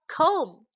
Comb